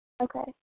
Okay